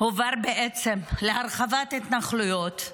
-- הועבר בעצם להרחבת ההתנחלויות,